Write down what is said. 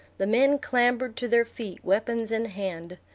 the men clambered to their feet, weapons in hand.